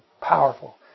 powerful